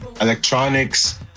electronics